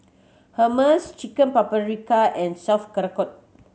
Hummus Chicken Paprika and